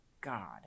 god